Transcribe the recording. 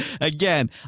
again